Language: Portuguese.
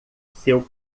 seu